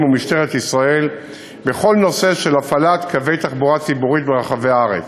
ומשטרת ישראל בכל נושא של הפעלת קווי תחבורה ציבורית ברחבי הארץ.